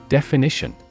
Definition